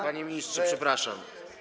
Panie ministrze, przepraszam.